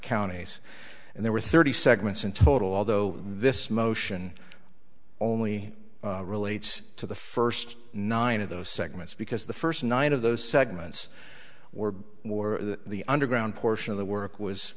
counties and there were thirty segments in total although this motion only relates to the first nine of those segments because the first nine of those segments were the underground portion of the work was